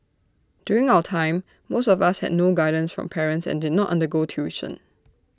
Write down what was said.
during our time most of us had no guidance from parents and did not undergo tuition